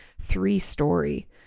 three-story